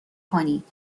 کنید